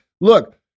look